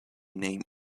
name